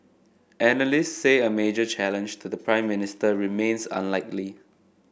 analysts say a major challenge to the Prime Minister remains unlikely